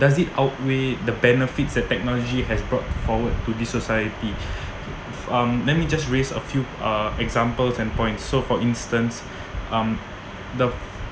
does it outweigh the benefits that technology has brought forward to the society if um let me just raise a few uh examples and points so for instance um the